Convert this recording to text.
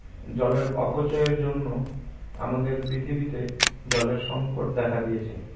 জলের অপচয়ের জন্য আমাদের পৃথিবীতে জলের সংকট দেখা দিয়েছে